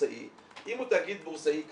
אם הוא תאגיד בורסאי,